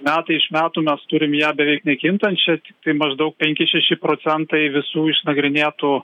metai iš metų mes turim ją beveik nekintančią tiktai maždaug penki šeši procentai visų išnagrinėtų